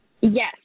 Yes